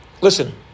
Listen